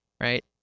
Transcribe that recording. Right